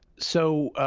so,